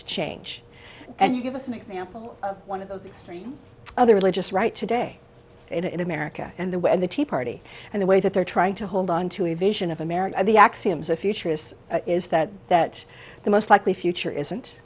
to change and you give us an example of one of those extremes of the religious right today in america and the way and the tea party and the way that they're trying to hold on to a vision of america the axioms of futurists is that that the most likely future isn't